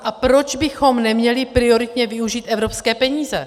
A proč bychom neměli prioritně využít evropské peníze?